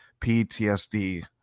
PTSD